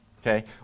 Okay